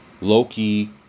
Loki